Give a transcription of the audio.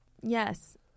yes